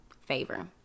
favor